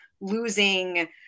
losing